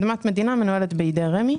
אדמת מדינה מנוהלת בידי רמ"י,